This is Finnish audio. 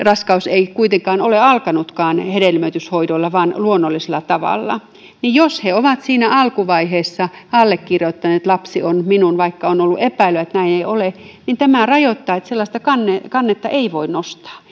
raskaus ei kuitenkaan ole alkanutkaan hedelmöityshoidolla vaan luonnollisella tavalla jos he ovat siinä alkuvaiheessa allekirjoittaneet että lapsi on minun vaikka on ollut epäilyä että näin ei ole niin tämä rajoittaa siten että sellaista kannetta kannetta ei voi nostaa